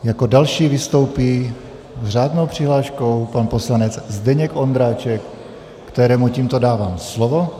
Jako další vystoupí s řádnou přihláškou pan poslanec Zdeněk Ondráček, kterému tímto dávám slovo.